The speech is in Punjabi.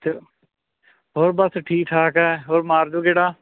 ਫਿਰ ਹੋਰ ਬਸ ਠੀਕ ਠਾਕ ਹੈ ਹੋਰ ਮਾਰ ਜਾਓ ਗੇੜਾ